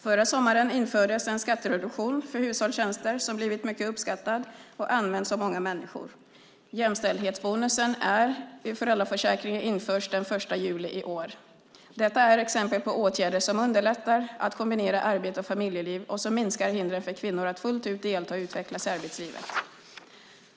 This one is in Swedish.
Förra sommaren infördes en skattereduktion för hushållstjänster som blivit mycket uppskattad och används av många människor. Jämställdhetsbonusen i föräldraförsäkringen införs den 1 juli i år. Detta är exempel på åtgärder som underlättar att kombinera arbete och familjeliv och som minskar hindren för kvinnor att fullt ut delta och utvecklas i arbetslivet.